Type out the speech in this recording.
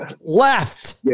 left